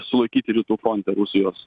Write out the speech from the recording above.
sulaikyti rytų fronte rusijos